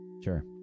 Sure